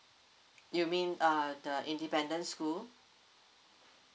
you mean uh the independent school